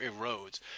erodes